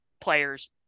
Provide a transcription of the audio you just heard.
players